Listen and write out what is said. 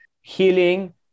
healing